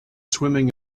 swimming